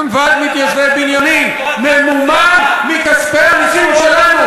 גם ועד מתיישבי בנימין ממומן מכספי המסים שלנו.